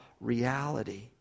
reality